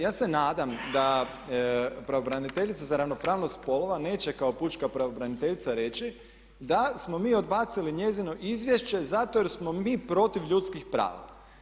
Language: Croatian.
Ja se nadam da pravobraniteljica za ravnopravnost spolova neće kao pučka pravobraniteljica reći da smo mi odbacili njezino izvješće zato jer smo mi protiv ljudskih prava.